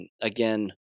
again